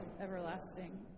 everlasting